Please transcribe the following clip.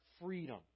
freedom